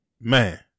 Man